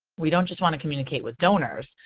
we don't just want to communicate with donors,